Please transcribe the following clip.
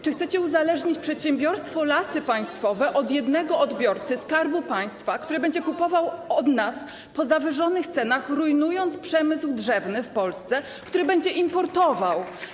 Czy chcecie uzależnić przedsiębiorstwo Lasy Państwowe od jednego odbiorcy, Skarbu Państwa, który będzie kupował od nas po zawyżonych cenach, rujnując przemysł drzewny w Polsce, i który będzie importował?